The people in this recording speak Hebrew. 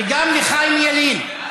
וגם את חיים ילין.